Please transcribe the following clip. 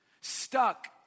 stuck